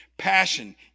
passion